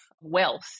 wealth